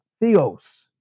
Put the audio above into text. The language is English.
Theos